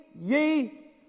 ye